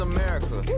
America